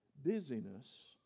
Busyness